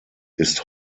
ist